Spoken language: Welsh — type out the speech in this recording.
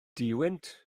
duwynt